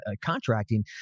contracting